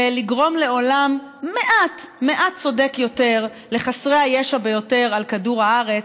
לגרום לעולם מעט מעט צודק יותר לחסרי הישע ביותר על כדור הארץ,